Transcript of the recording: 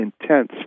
intense